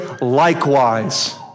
likewise